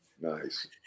Nice